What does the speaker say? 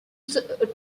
save